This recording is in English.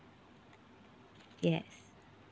yes